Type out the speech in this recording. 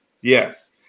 Yes